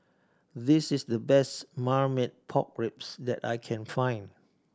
this is the best Marmite Pork Ribs that I can find